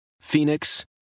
Phoenix